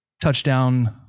touchdown